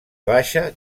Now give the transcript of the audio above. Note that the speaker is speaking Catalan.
baixa